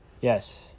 yes